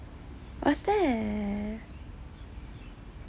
what's that